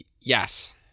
Yes